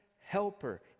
helper